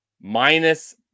minus